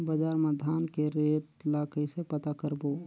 बजार मा धान के रेट ला कइसे पता करबो?